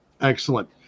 excellent